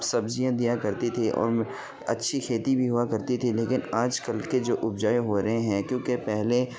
سبزیاں دیا کرتی تھی اور اچھی کھیتی بھی ہوا کرتی تھی لیکن آج کل کے جو اپجاؤ ہو رہے ہیں کیونکہ پہلے